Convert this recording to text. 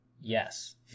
yes